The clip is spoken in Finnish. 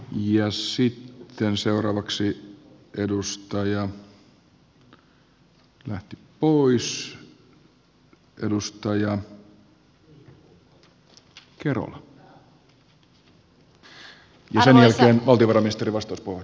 sitten seuraavaksi edustaja kerola ja sen jälkeen valtiovarainministerin vastauspuheenvuoro